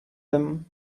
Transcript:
them